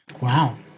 Wow